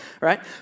right